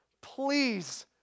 Please